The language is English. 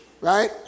right